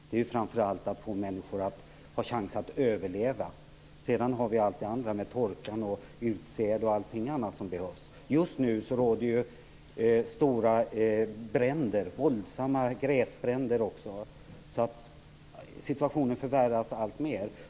Det gäller framför allt att ge människor en chans att överleva; sedan har vi allt det andra med torkan, utsädet och allting annat som behövs. Just nu härjar dessutom stora och våldsamma gräsbränder. Situationen förvärras därför alltmer.